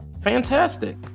Fantastic